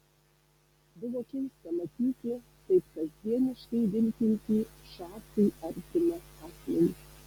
buvo keista matyti taip kasdieniškai vilkintį šachui artimą asmenį